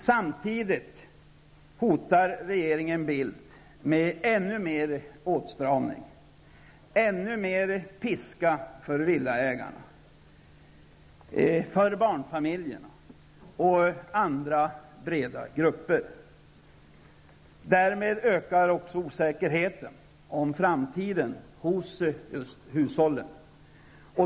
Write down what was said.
Samtidigt hotar regeringen Bildt med ännu mer åtstramning, ännu mer piska för villaägare, barnfamiljer och andra breda grupper. Därmed ökar också osäkerheten om framtiden hos just hushållen.